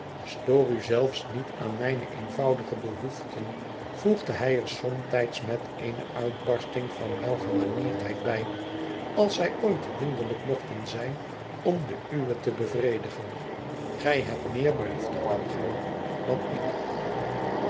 u zelfs niet aan mijne eenvoudige behoeften voegde hij er somtijds met eene uitbarsting van welgemanierdheid bij als zij ooit hinderlijk mochten zijn om de uwe te bevredigen gij hebt meer behoefte aan gemak dan ik